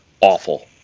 Awful